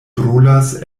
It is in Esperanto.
brulas